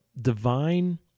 divine